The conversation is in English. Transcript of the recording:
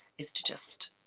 is to just,